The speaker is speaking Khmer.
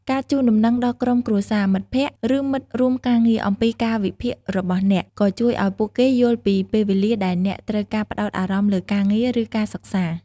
ការជូនដំណឹងដល់ក្រុមគ្រួសារ មិត្តភ័ក្តិ ឬមិត្តរួមការងារអំពីកាលវិភាគរបស់អ្នក ក៏ជួយឲ្យពួកគេយល់ពីពេលវេលាដែលអ្នកត្រូវការផ្តោតអារម្មណ៍លើការងារ ឬការសិក្សា។